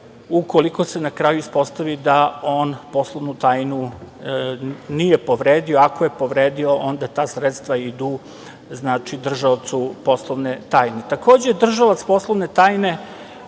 ukoliko se na kraju ispostavi da on poslovnu tajnu nije povredio. Ako je povredio, onda ta sredstva idu držaocu poslovne tajne. Takođe, držalac poslovne tajne